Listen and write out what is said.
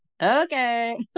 okay